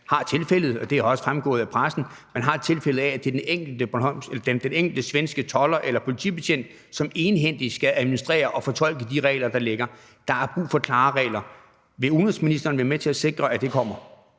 er instrueret således, at man ikke har indtrykket af, at det er den enkelte svenske tolder eller politibetjent, som egenhændigt skal administrere og fortolke de regler, der ligger? Der er brug for klare regler. Vil udenrigsministeren være med til at sikre, at det kommer